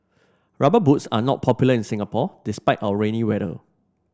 rubber boots are not popular in Singapore despite our rainy weather